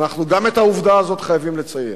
גם את העובדה הזאת אנחנו חייבים לציין.